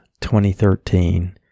2013